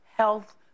Health